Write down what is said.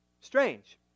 strange